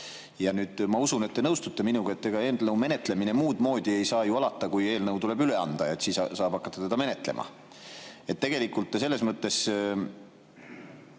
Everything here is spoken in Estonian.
Ma usun, et te nõustute minuga, et ega eelnõu menetlemine muudmoodi ei saa ju alata, kui eelnõu tuleb üle anda ja siis saab hakata seda menetlema. Te selles mõttes